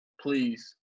Please